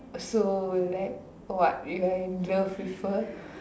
so like what you are in love with her